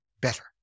better